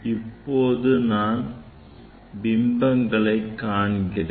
இப்போது நான் பிம்பங்களை காண்கிறேன்